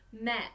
met